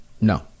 No